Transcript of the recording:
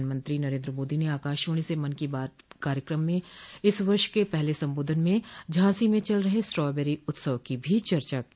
प्रधानमंत्री नरेन्द्र मोदी ने आकाशवाणी से मन की बात के इस वर्ष के पहले संबोधन में झांसी में चल रहे स्ट्राबेरी उत्सव की भी चर्चा की